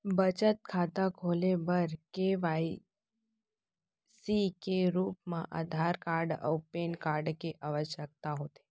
बचत खाता खोले बर के.वाइ.सी के रूप मा आधार कार्ड अऊ पैन कार्ड के आवसकता होथे